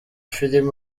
filime